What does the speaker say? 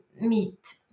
meet